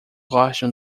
gostam